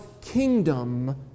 kingdom